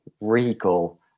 regal